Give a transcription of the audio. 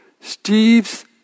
Steve's